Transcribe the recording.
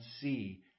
see